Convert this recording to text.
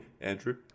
Andrew